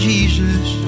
Jesus